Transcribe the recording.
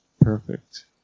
Perfect